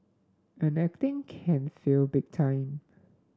and acting can fail big time